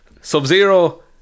Sub-Zero